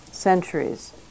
centuries